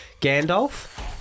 Gandalf